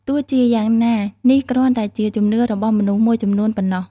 ទោះជាយ៉ាងណានេះគ្រាន់តែជាជំនឿរបស់មនុស្សមួយចំនួនប៉ុណ្ណោះ។